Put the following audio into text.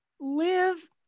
live